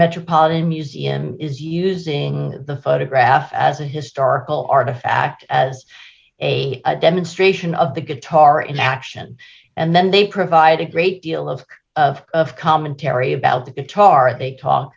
metropolitan museum is using the photograph as a historical artifact as a demonstration of the guitar in action and then they provide a great deal of of of commentary about the guitar they talk